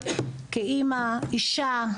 אישה,